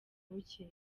buke